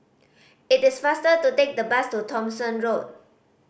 it is faster to take the bus to Thomson Road